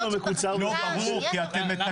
המגזר הערבי.